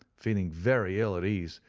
feeling very ill at ease,